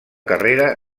carrera